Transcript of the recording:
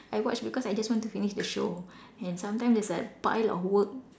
I watch because I just want to finish the show and sometimes there's a pile of work